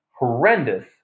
horrendous